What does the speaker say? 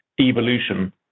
evolution